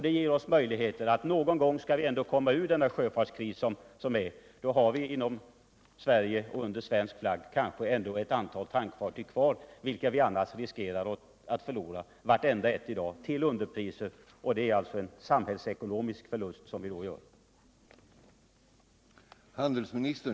Det ger också möjligheter, när vi någon gång kommer ur den nuvarande sjöfartskrisen, att under svensk flagg ha ett antal tankfartyg kvar, vilka vi annars riskerar att förlora —: kanske vartenda ett — till underpriser. Det blir alltså en stor samhällsekonomisk förlust som vi i så fall gör.